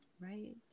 right